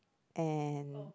and